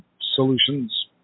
solutions